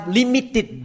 limited